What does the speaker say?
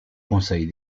conseil